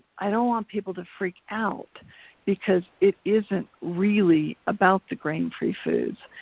i don't want people to freak out because it isn't really about the grain free foods,